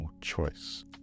choice